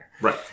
Right